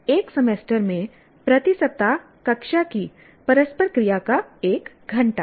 एक सेमेस्टर में प्रति सप्ताह कक्षा की परस्पर क्रिया का 1 घंटा